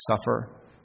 Suffer